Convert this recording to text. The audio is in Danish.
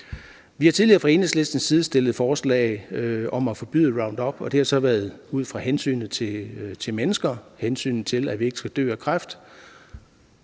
Vi har tidligere fra Enhedslistens side stillet forslag om at forbyde Roundup, og det har så været ud fra hensynet til mennesker, hensynet til, at vi ikke skal dø af kræft,